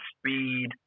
speed